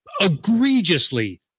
egregiously